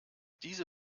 diese